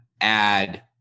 add